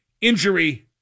injury